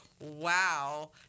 wow